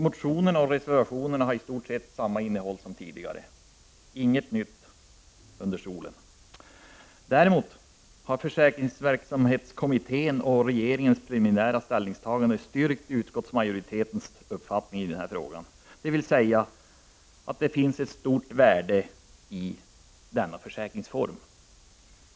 Motionerna och reservationen har i stort samma innehåll som tidigare — här gäller ”inget nytt under solen”. Däremot har försäkringsverksamhetskommittén och regeringens preliminära ställningstagande styrkt utskottsmajoritetens uppfattning i denna fråga, dvs. att det ligger ett stort värde i denna försäkringsform.